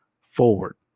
forward